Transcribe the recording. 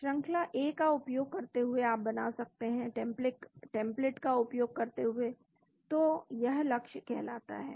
श्रंखला ए का उपयोग करते हुए आप बना सकते हैं टेम्पलेट का उपयोग करते हुए तो यह लक्ष्य कहलाता है